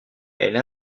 elle